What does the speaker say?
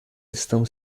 estão